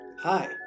Hi